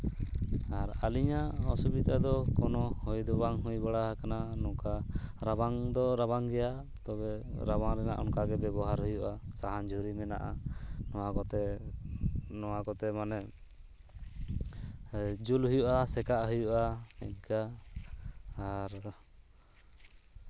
ᱟᱨ ᱟᱹᱞᱤᱧᱟᱜ ᱚᱥᱩᱵᱤᱫᱷᱟ ᱫᱚ ᱠᱳᱱᱳ ᱦᱳᱭ ᱫᱚ ᱵᱟᱝ ᱦᱩᱭ ᱵᱟᱲᱟ ᱠᱟᱱᱟ ᱱᱚᱝᱠᱟ ᱨᱟᱵᱟᱝ ᱫᱚ ᱨᱟᱵᱟᱝ ᱜᱮᱭᱟ ᱛᱚᱵᱮ ᱨᱟᱵᱟᱝ ᱨᱮᱱᱟᱜ ᱚᱱᱠᱟᱜᱮ ᱵᱮᱵᱚᱦᱟᱨ ᱦᱩᱭᱩᱜᱼᱟ ᱥᱟᱦᱟᱱ ᱡᱷᱩᱨᱤ ᱢᱮᱱᱟᱜᱼᱟ ᱱᱚᱣᱟ ᱠᱚᱛᱮ ᱱᱚᱣᱟ ᱠᱚᱛᱮ ᱢᱟᱱᱮ ᱡᱩᱞ ᱦᱩᱭᱩᱜᱼᱟ ᱥᱮ ᱥᱮᱠᱟᱜ ᱦᱩᱭᱩᱜᱼᱟ ᱤᱱᱠᱟᱹ ᱟᱨ